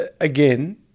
again